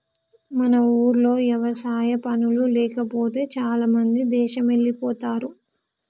మన ఊర్లో వ్యవసాయ పనులు లేకపోతే చాలామంది దేశమెల్లిపోతారు